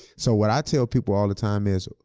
so what i tell people all the time is,